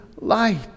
light